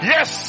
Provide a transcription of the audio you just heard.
Yes